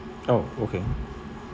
oh okay